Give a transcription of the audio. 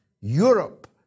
Europe